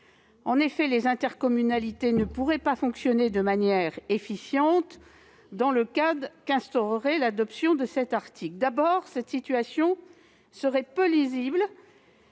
En effet, les intercommunalités ne pourraient pas fonctionner de manière efficace dans le cadre qu'instaure cet article. Tout d'abord, cette situation serait peu lisible.